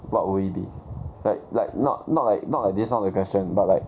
what would it be like like not not like not like just now the question but like